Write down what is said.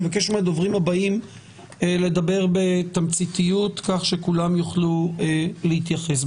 אני מבקש מהדוברים הבאים לדבר בתמציתיות כך שכולם יוכלו להתייחס.